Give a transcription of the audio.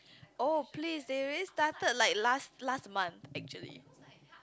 oh please they already started like last last month actually